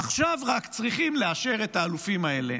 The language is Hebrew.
עכשיו רק צריכים לאשר את האלופים האלה,